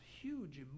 huge